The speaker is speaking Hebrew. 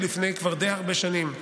כבר לפני די הרבה שנים,